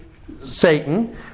Satan